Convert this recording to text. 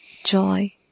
joy